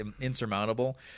insurmountable